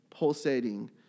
pulsating